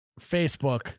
Facebook